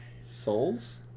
Souls